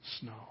snow